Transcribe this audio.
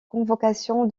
convocation